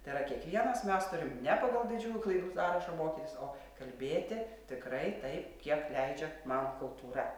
tai yra kiekvienas mes turim ne pagal didžiųjų klaidų sąrašą mokytis o kalbėti tikrai taip kiek leidžia man kultūra